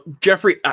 Jeffrey